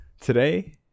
Today